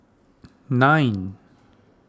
nine